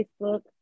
facebook